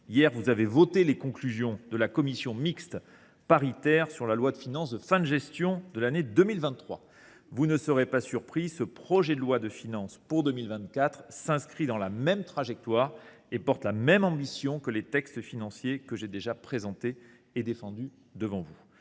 Hier, vous avez voté les conclusions de la commission mixte paritaire sur le projet de loi de finances de fin de gestion pour 2023. Vous ne serez pas surpris, le projet de loi de finances pour 2024 s’inscrit dans la même trajectoire et porte la même ambition que les textes financiers que j’ai déjà présentés et défendus devant vous.